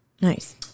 Nice